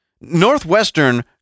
Northwestern